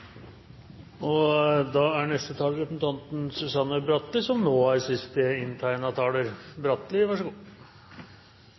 innkrevingskostnader. Da er neste taler representanten Susanne Bratli, som nå er sist inntegnede taler.